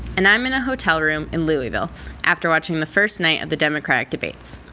and i'm in a hotel room in louisville after watching the first night of the democratic debates.